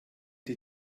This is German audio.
die